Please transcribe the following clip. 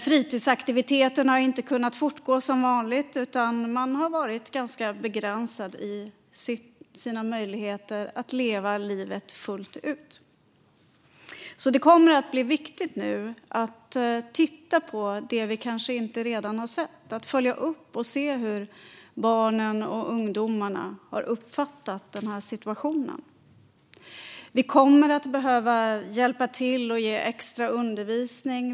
Fritidsaktiviteterna har inte kunnat fortgå som vanligt, utan man har varit ganska begränsad i sina möjligheter att leva livet fullt ut. Det kommer därför att bli viktigt att titta på det vi kanske inte redan har sett och att följa upp hur barn och ungdomar har uppfattat situationen. Vi kommer att behöva hjälpa till och ge extra undervisning.